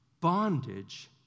bondage